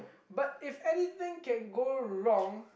but if anything can go wrong